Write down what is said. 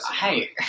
hey